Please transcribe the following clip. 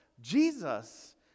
jesus